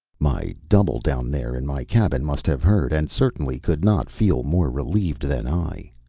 my double down there in my cabin must have heard, and certainly could not feel more relieved than i.